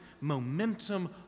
momentum